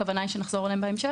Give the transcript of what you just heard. יש כוונה לחזור אליהם בהמשך?